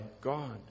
God